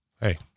Hey